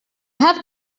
have